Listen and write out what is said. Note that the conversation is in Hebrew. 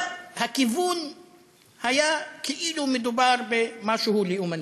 אבל הכיוון היה כאילו מדובר במשהו לאומני,